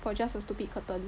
for just a stupid curtain